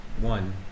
one